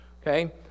okay